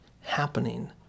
happening